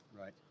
right